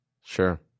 Sure